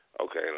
Okay